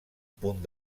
punt